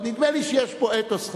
אבל נדמה לי שיש פה אתוס.